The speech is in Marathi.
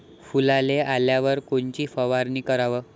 फुलाले आल्यावर कोनची फवारनी कराव?